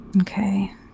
Okay